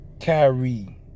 Kyrie